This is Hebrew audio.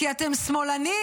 כי אתם שמאלנים,